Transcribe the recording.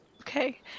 Okay